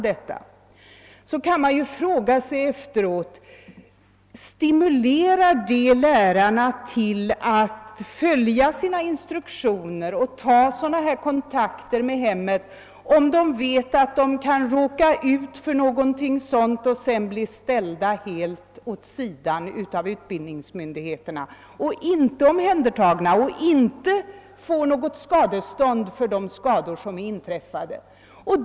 Då kan man ju efteråt fråga sig: Stimulerar sådana händelser lärarna till att följa sina instruktioner och ta kontakt med hemmen, när de vet att de kan råka ut för händelser av det slaget och sedan bli ställda åt sidan av utbildningsmyndigheterna i stället för att bli omhändertagna och få ersättning för de skador de lidit?